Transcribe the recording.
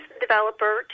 developer